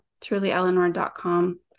trulyeleanor.com